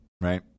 right